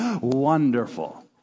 wonderful